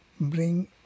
Bring